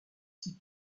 type